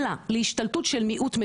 אלא להשתלטות של מיעוט,